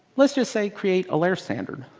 let's just say, create a layer standard.